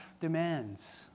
demands